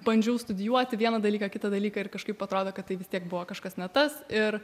bandžiau studijuoti vieną dalyką kitą dalyką ir kažkaip atrodo kad tai vis tiek buvo kažkas ne tas ir